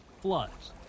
floods